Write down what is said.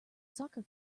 soccer